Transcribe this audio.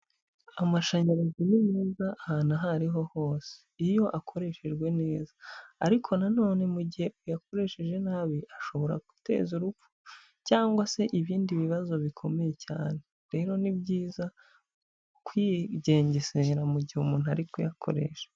Amashanyarazi ni meza ahantu aho ariho hose iyo akoreshejwe neza; ariko nanone mu gihe uyakoresheje nabi ashobora guteza urupfu cyangwa se ibindi bibazo bikomeye cyane; rero ni byiza kwigengesera mu gihe umuntu ari kuyakoresha.